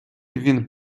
він